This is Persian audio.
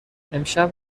امشب